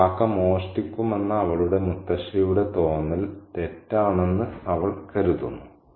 ഒരു കാക്ക മോഷ്ടിക്കുമെന്ന അവളുടെ മുത്തശ്ശിയുടെ തോന്നല് തെറ്റാണെന്ന് അവൾ കരുതുന്നു